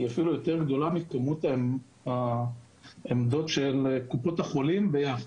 היא אפילו יותר גדולה מכמות העמדות של קופות החולים ביחד.